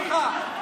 של אבא שלך?